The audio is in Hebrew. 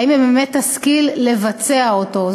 האם היא באמת תשכיל לבצע אותו,